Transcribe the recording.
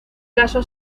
caso